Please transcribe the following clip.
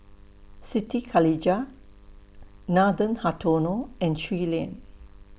Siti Khalijah Nathan Hartono and Shui Lien